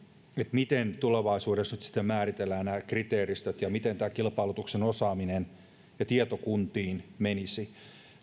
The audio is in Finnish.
miten tulevaisuudessa nyt sitten määritellään nämä kriteeristöt ja miten tämä kilpailutuksen osaaminen ja tieto kuntiin menisi